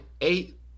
eight